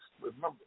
remember